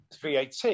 VAT